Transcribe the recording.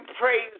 praise